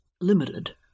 limited